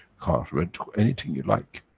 convert to anything you like.